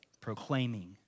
proclaiming